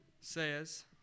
says